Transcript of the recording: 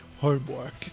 homework